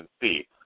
see